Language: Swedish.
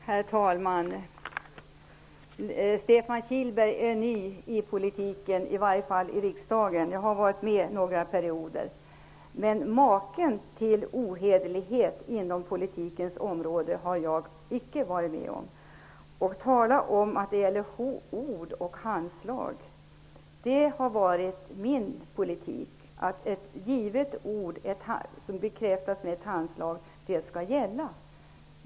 Herr talman! Stefan Kihlberg är ny i politiken, i varje fall i riksdagen. Jag har varit med några perioder. Men maken till ohederlighet inom politiken har jag icke varit med om. Och tala om att det är ord och handslag som gäller! Min politik har varit att ett givet ord som bekräftats med ett handslag skall gälla.